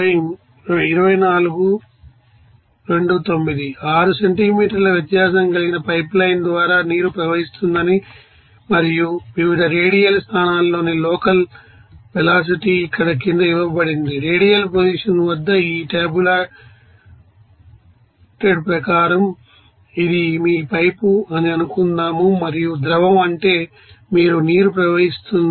6 సెంటీమీటర్ల వ్యాసం కలిగిన పైప్లైన్ల ద్వారా నీరు ప్రవహిస్తుందని మరియు వివిధ రేడియల్ స్థానాల్లోని లోకల్ వెలాసిటీ ఇక్కడ క్రింద ఇవ్వబడింది రేడియల్ పొజిషన్ వద్ద ఈ టాబులాటెడ్ ప్రకారం ఇది మీ పైపు అని అనుకుందాం మరియు ద్రవం అంటే మీ నీరు ప్రవహిస్తోంది